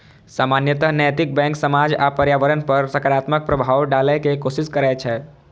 सामान्यतः नैतिक बैंक समाज आ पर्यावरण पर सकारात्मक प्रभाव डालै के कोशिश करै छै